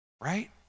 Right